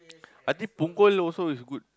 I think punggol also is good